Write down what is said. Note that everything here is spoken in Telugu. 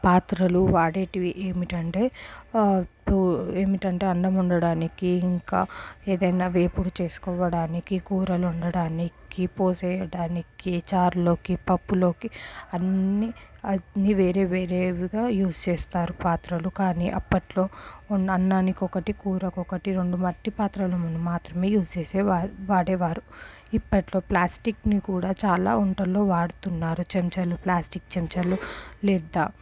పాత్రలు వాడేటివి ఏమిటంటే ఏమిటంటే అన్నం వండడానికి ఇంకా ఏదైనా వేపుడు చేసుకోవడానికి కూరలు వండడానికి పోసేయడానికి చారులోకి పప్పులోకి అన్ని అన్ని వేరే వేరేవిగా యూజ్ చేస్తారు పాత్రలు కానీ అప్పట్లో అన్నానికి ఒకటి కూరకి ఒకటి రెండు మట్టి పాత్రలు మాత్రమే యూజ్ చేసేవారు వాడేవారు ఇప్పటిలో ప్లాస్టిక్ని కూడా చాలా వంటల్లో వాడుతున్నారు చెంచాలు ప్లాస్టిక్ చెంచాలు లేదా